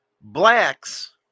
blacks